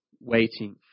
waiting